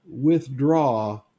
withdraw